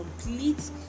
complete